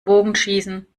bogenschießen